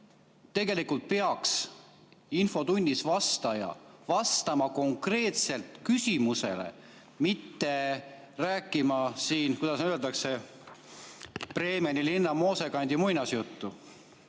tegelikult peaks infotunnis vastaja vastama konkreetselt küsimusele, mitte rääkima siin, kuidas öelda, Bremeni linna moosekantide muinasjuttu.